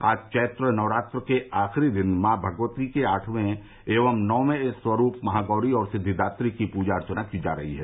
आज चैत्र नवरात्र के आखिरी दिन मॉ भगवती के आठवें एवं नौवें स्वरूप महागौरी और सिद्धिदात्री की पूजा अर्चना की जा रही है